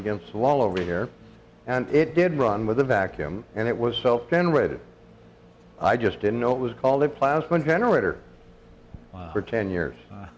against the wall over here and it did run with a vacuum and it was self generated i just didn't know it was called a plasma generator for ten years